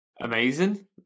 Amazing